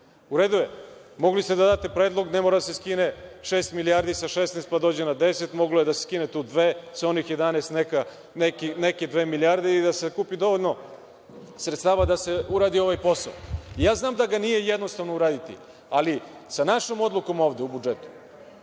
U redu je, mogli ste da date predlog - ne mora da se skine šest milijardi sa 16, pa dođe na deset. Moglo je da se skine tu dve sa onih 11, neke dve milijarde, i da se skupi dovoljno sredstava da se uradi ovaj posao. Znam da ga nije jednostavno uraditi, ali sa našom odlukom ovde u budžetu,